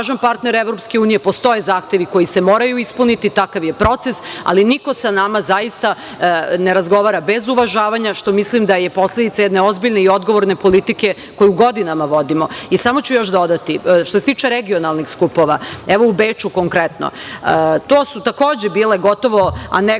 partner EU. Postoje zahtevi koji se moraju ispuniti, takav je proces, ali niko sa nama ne razgovara bez uvažavanja, što mislim da je posledica jedne ozbiljne i odgovorne politike, koju godinama vodimo. Što se tiče regionalnih skupova, evo u Beču konkretno, to su takođe bile gotovo anegdotska